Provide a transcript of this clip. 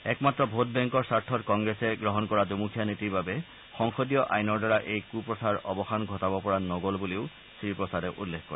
একমাত্ৰ ভোট বেংকৰ স্বাৰ্থত কংগ্ৰেছে গ্ৰহণ কৰা দুমুখীয়া নীতিৰ বাবে সংসদীয় আইনৰ দ্বাৰা এই কুপ্ৰথাৰ অৱসান ঘটাব পৰা নগ'ল বুলিও শ্ৰীপ্ৰসাদে উল্লেখ কৰে